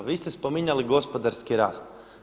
Vi ste spominjali gospodarski rast.